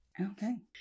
Okay